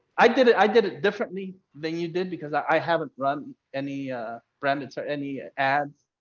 i did it. i did it differently than you did, because i haven't run any brands or any ads.